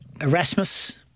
Erasmus